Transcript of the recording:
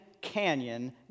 Canyon